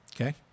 okay